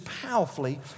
powerfully